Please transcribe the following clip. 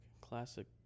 classic